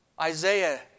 Isaiah